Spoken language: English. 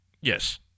Yes